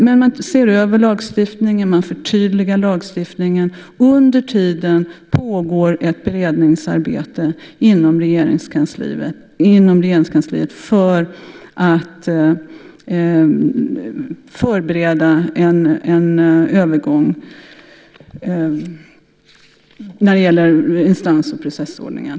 Men man ser över och förtydligar lagstiftningen. Under tiden pågår ett beredningsarbete inom Regeringskansliet för att förbereda en övergång när det gäller instans och processordningen.